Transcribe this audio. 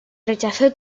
rechazó